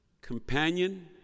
Companion